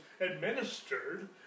administered